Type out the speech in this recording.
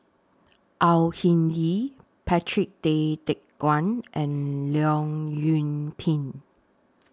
Au Hing Yee Patrick Tay Teck Guan and Leong Yoon Pin